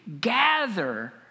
gather